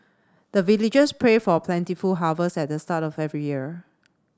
the villagers pray for plentiful harvest at the start of every year